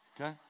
okay